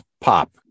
pop